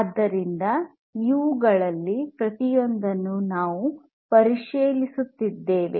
ಆದ್ದರಿಂದ ಇವುಗಳಲ್ಲಿ ಪ್ರತಿಯೊಂದನ್ನು ನಾವು ಪರಿಶೀಲಿಸುತ್ತೇವೆ